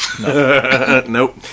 nope